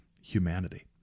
humanity